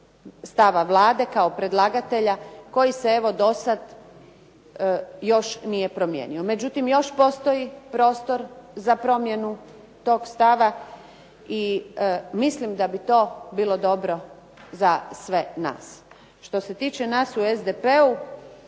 stava Vlade, kao predlagatelja, koji se evo dosad još nije promijenio. Međutim, još postoji prostor za promjenu tog stava i mislim da bi to bilo dobro za sve nas. Što se tiče nas u SDP-u